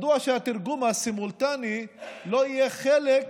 מדוע שהתרגום הסימולטני לא יהיה חלק